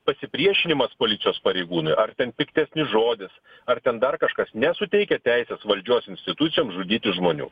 pasipriešinimas policijos pareigūnui ar ten piktesnis žodis ar ten dar kažkas nesuteikia teisės valdžios institucijom žudyti žmonių